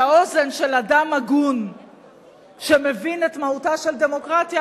שהאוזן של אדם הגון שמבין את מהותה של דמוקרטיה,